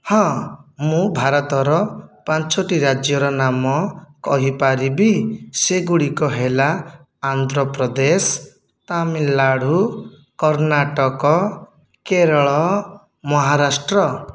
ହଁ ମୁଁ ଭାରତର ପାଞ୍ଚଗୋଟି ରାଜ୍ୟର ନାମ କହିପାରିବି ସେଗୁଡ଼ିକ ହେଲା ଆନ୍ଧ୍ରପ୍ରଦେଶ ତାମିଲନାଡୁ କର୍ଣ୍ଣାଟକ କେରଳ ମହାରାଷ୍ଟ୍ର